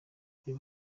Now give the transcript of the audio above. reba